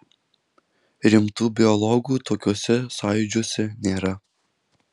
rimtų biologų tokiuose sąjūdžiuose nėra